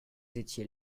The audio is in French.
étiez